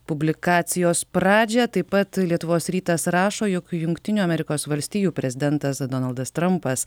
publikacijos pradžią taip pat lietuvos rytas rašo jog jungtinių amerikos valstijų prezidentas donaldas trampas